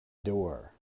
door